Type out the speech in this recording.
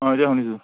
অঁ এতিয়া শুনিছোঁ